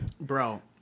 Bro